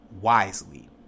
wisely